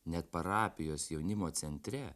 net parapijos jaunimo centre